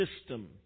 system